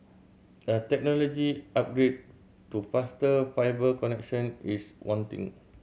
a technology upgrade to faster fibre connection is wanting